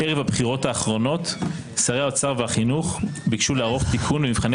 ערב הבחירות האחרונות שרי האוצר והחינוך ביקשו לערוך תיקון במבחני